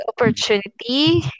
opportunity